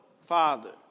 Father